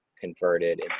converted